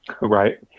right